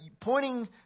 pointing